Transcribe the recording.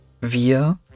Wir